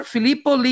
Filippo